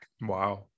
Wow